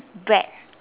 bread